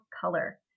color